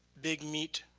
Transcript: big meat,